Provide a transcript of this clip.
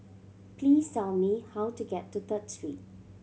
please tell me how to get to Third Street